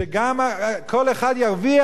שכל אחד ירוויח,